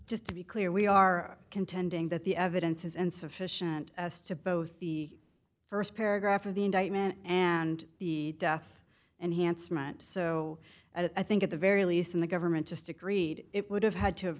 just to be clear we are contending that the evidence is insufficient to both the st paragraph of the indictment and the death and handsome and so at i think at the very least in the government just agreed it would have had to have